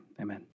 amen